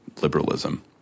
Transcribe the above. liberalism